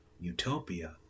Utopia